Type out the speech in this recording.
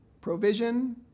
provision